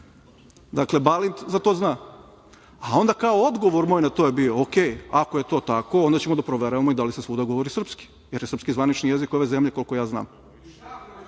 Balint za to zna, a onda kao odgovor moj na to je bio - okej, ako je to tako onda ćemo da proveravamo i da li se svuda govori srpski, jer je srpski zvanični jezik ove zemlje koliko ja znam.(Borislav